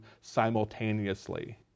simultaneously